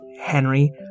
Henry